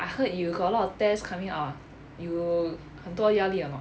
I heard you got a lot of test coming up ah you 很多压力 or not